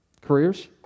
careers